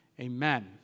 Amen